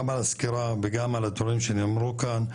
גם על הסקירה וגם על הדברים שנאמרו כאן,